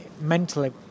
mentally